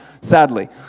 sadly